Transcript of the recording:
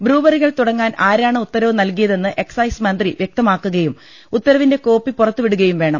ബ്രൂവറികൾ തുടങ്ങാൻ ആരാണ് ഉത്തരവ് നൽകിയതെന്ന് എക്സൈസ് മന്ത്രി വ്യക്തമാക്കുകയും ഉത്തരവിന്റെ കോപ്പി പുറത്തുവിടുകയും വേണം